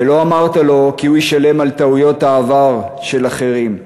ולא אמרת לו כי הוא ישלם על טעויות העבר של אחרים,